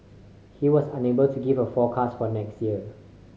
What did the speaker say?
he was unable to give a forecast for next year